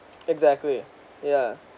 exactly yeah